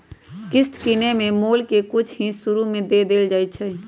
किस्त किनेए में मोल के कुछ हिस शुरू में दे देल जाइ छइ